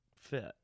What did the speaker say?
fit